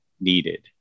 needed